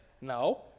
No